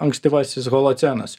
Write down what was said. ankstyvasis holocenas